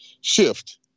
shift